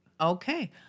Okay